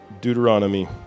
Deuteronomy